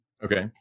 Okay